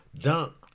dunk